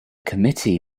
committee